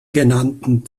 genannten